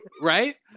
Right